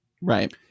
Right